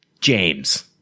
James